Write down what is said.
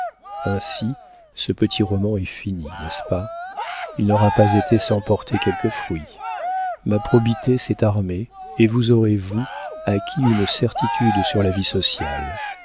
ainsi ce petit roman est fini n'est-ce pas il n'aura pas été sans porter quelques fruits ma probité s'est armée et vous aurez vous acquis une certitude sur la vie sociale